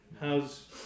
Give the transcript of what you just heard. How's